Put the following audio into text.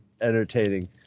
entertaining